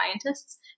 scientists